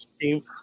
team